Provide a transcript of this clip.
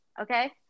Okay